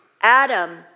Adam